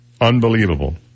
Unbelievable